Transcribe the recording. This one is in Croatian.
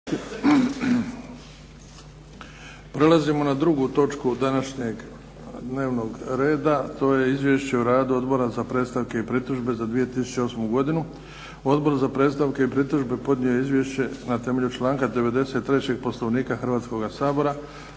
Prelazimo na drugu točku današnjeg dnevnog reda. To je - Izvješće o radu Odbora za predstavke i pritužbe za 2008. godinu Podnositelj: Odbor za predstavke i pritužbe Odbor za predstavke i pritužbe podnio je izvješće na temelju članka 93. Poslovnika Hrvatskoga sabora.